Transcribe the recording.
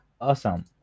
Awesome